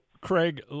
Craig